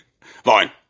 fine